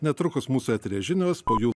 netrukus mūsų eteryje žinios po jų